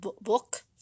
book